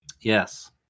Yes